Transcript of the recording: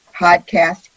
podcast